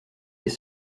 les